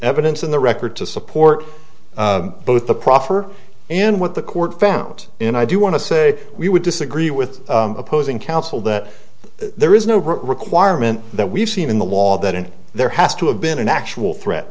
evidence in the record to support both the proffer and what the court found in i do want to say we would disagree with opposing counsel that there is no requirement that we've seen in the wall that there has to have been an actual threat